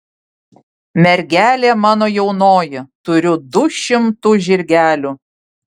mergelė mano jaunoji turiu du šimtu žirgelių